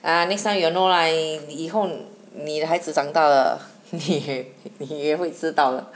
ah next time you know lah 你你以后你的孩子长大了嘿嘿嘿你也会知道